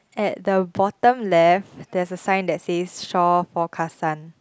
at the bottom left there's a sign that says shore for Kasan